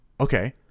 okay